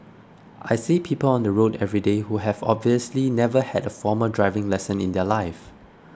I see people on the road everyday who have obviously never had a formal driving lesson in their life